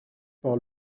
par